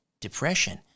depression